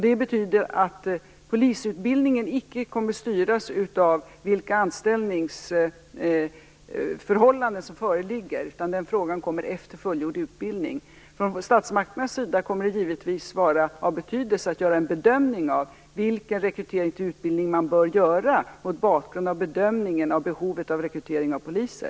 Det betyder att polisutbildningen icke kommer att styras av vilka anställningsförhållanden som föreligger. Den frågan kommer först efter fullgjord utbildning. Från statsmakternas sida kommer det givetvis att vara betydelsefullt att göra en bedömning av vilken rekrytering till utbildning man bör göra mot bakgrund av hur man bedömer behovet att rekrytera poliser.